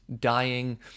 dying